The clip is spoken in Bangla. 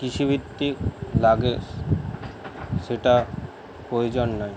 কৃষিভিত্তিক লাগে সেটা প্রয়োজন নয়